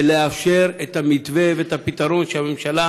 ולאפשר את המתווה ואת הפתרון שהממשלה